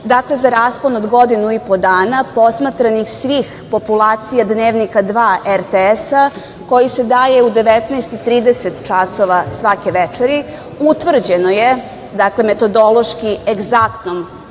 godine. Dakle, za raspon od godinu i po dana posmatranih svih populacija Dnevnika 2 RTS-a, koji se daje u 19.30 časova svake večeri, utvrđeno je, metodološki egzaktnom